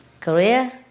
Korea